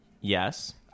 Yes